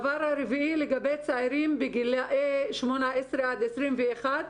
רביעית - לגבי צעירים בגילאי 18 עד 21,